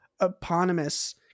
Eponymous